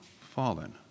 fallen